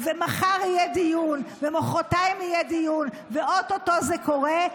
מחר יהיה דיון ומוחרתיים יהיה דיון ואו-טו-טו זה קורה,